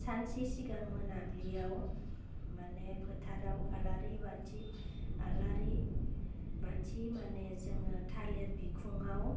सानसे सिगां मोनाब्लियाव मानि फोथाराव आलारि बाथि आलारि बाथि माने जोङो थालेर बिखुङाव